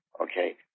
okay